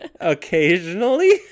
Occasionally